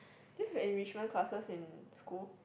do you have enrichment classes in school